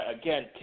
again